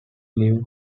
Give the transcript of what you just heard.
lived